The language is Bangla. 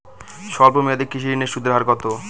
স্বল্প মেয়াদী কৃষি ঋণের সুদের হার কত?